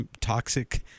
toxic